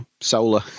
solar